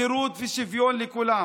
חירות ושוויון לכולם.